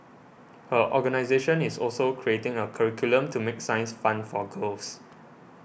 her organisation is also creating a curriculum to make science fun for girls